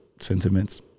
sentiments